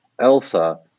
ELSA